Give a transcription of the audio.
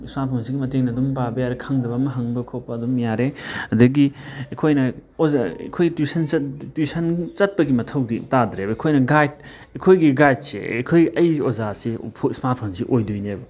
smart ꯐꯣꯟꯁꯤꯒꯤ ꯃꯇꯦꯡꯅ ꯑꯗꯨꯝ ꯄꯥꯕ ꯌꯥꯔꯦ ꯈꯪꯗꯕ ꯑꯃ ꯍꯪꯕ ꯈꯣꯠꯄ ꯑꯗꯨꯝ ꯌꯥꯔꯦ ꯑꯗꯒꯤ ꯑꯩꯈꯣꯏꯅ ꯑꯩꯈꯣꯏ ꯇ꯭ꯋꯤꯁꯟ ꯇ꯭ꯋꯤꯁꯟ ꯆꯠꯄꯒꯤ ꯃꯊꯧꯗꯤ ꯇꯥꯗ꯭ꯔꯦꯕ ꯑꯩꯈꯣꯏꯅ ꯒꯥꯏꯗ ꯑꯩꯈꯣꯏꯒꯤ ꯒꯥꯏꯗꯁꯦ ꯑꯩꯈꯣꯏ ꯑꯩꯒꯤ ꯑꯣꯖꯥꯁꯦ ꯏꯁꯃꯥꯔꯠ ꯐꯣꯟꯁꯦ ꯑꯣꯏꯗꯣꯏꯅꯦꯕ